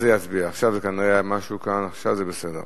ההצעה להעביר את הצעת חוק מס ערך מוסף